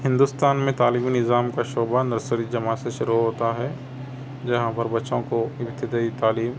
ہندوستان میں تعلیمی نظام کا شعبہ نرسری جماعت سے شروع ہوتا ہے جہاں پر بچوں کو ابتدائی تعلیم